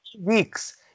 Weeks